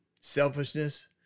selfishness